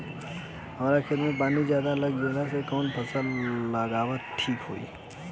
हमरा खेत में पानी ज्यादा लग जाले कवन फसल लगावल ठीक होई?